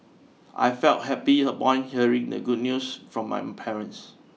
I felt happy upon hearing the good news from my parents